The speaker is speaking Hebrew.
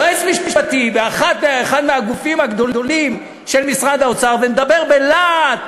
יועץ משפטי באחד מהגופים הגדולים של משרד האוצר מדבר בלהט,